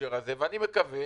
אני מקווה